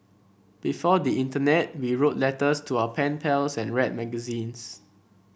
before the internet we wrote letters to our pen pals and read magazines